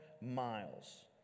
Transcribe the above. miles